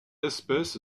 espèce